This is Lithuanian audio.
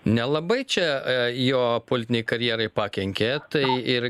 nelabai čia jo politinei karjerai pakenkė tai ir